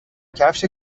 کفش